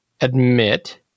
admit